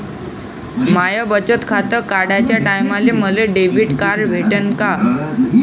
माय बचत खातं काढाच्या टायमाले मले डेबिट कार्ड भेटन का?